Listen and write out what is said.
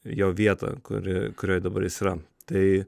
jo vietą kuri kurioj dabar jis yra tai